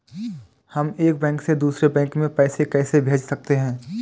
हम एक बैंक से दूसरे बैंक में पैसे कैसे भेज सकते हैं?